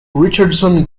richardson